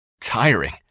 tiring